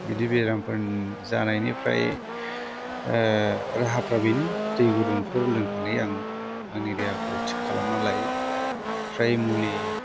बिदि बेरामफोर जानायनिफ्राय राहाफ्रा बेनो दै गुदुंफोर लोंनानै आं आंनि देहाखौ थिग खालामनानै लायो बेनिफ्राय मुलि